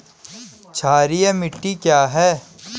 क्षारीय मिट्टी क्या है?